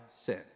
sin